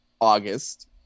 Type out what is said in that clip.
August